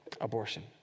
abortion